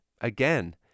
again